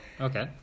Okay